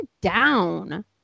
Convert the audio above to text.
down